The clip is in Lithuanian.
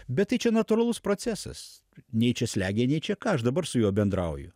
bet tai čia natūralus procesas nei čia slegia nei čia ką aš dabar su juo bendrauju